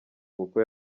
kuko